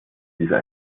dieser